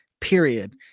period